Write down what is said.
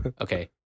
Okay